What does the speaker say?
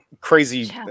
crazy